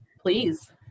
please